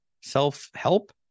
Self-help